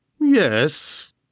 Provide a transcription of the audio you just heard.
Yes